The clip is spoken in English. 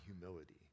humility